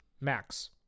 max